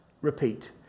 Repeat